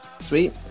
sweet